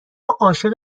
عاشق